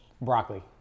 broccoli